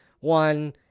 One